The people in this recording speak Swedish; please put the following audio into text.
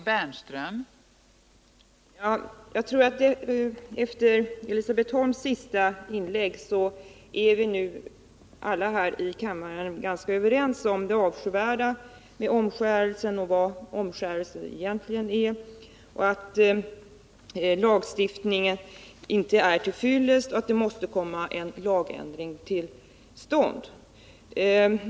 Fru talman! Efter Elisabet Holms senaste inlägg tror jag att vi alla här i kammaren är ganska överens om att inse det avskyvärda i omskärelse, vad omskärelse egentligen är, att lagstiftningen inte är till fyllest och att en lagstiftning måste komma till stånd.